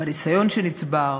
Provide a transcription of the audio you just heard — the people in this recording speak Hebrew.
הניסיון שנצבר,